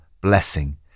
blessing